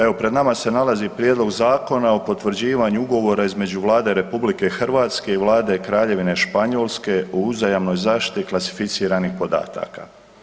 Evo pred nama se nalazi Prijedlog zakona o potvrđivanju Ugovora između Vlade RH i Vlade Kraljevine Španjolske o uzajamnoj zaštiti klasificiranih podataka.